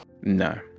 No